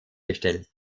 gestellt